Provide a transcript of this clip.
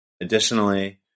Additionally